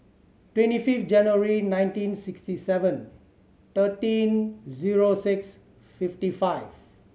twenty five January nineteen sixty seven thirteen zero six fifty five